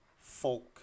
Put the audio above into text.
folk